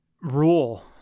rule